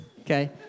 okay